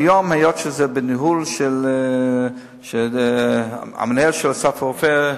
היום, היות שזה בניהול של המנהל של "אסף הרופא",